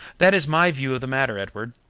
that is my view of the matter, edward.